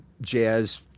jazz